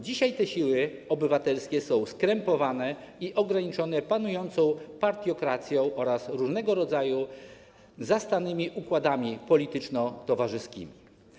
Dzisiaj te siły obywatelski są skrępowane i ograniczone panującą partiokracją oraz różnego rodzaju zastanymi układami polityczno-towarzyskimi.